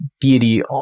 deity